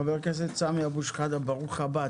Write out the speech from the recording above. חבר הכנסת סמי אבו שחאדה, ברוך הבא.